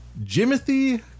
Jimothy